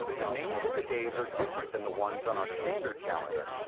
the names of the days are different than the ones on our standard calendar,